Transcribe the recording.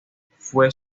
fue